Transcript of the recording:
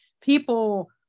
people